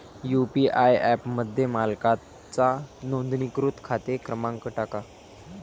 UPI ॲपमध्ये मालकाचा नोंदणीकृत खाते क्रमांक टाका